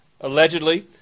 Allegedly